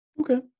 Okay